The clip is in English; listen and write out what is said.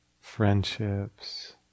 friendships